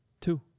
Two